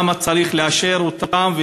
למה צריך לאשר אותן,